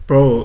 Bro